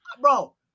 Bro